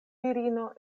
virino